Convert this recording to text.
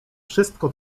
wszystko